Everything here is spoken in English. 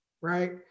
right